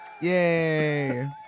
Yay